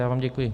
Já vám děkuji.